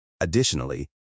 Additionally